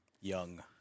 Young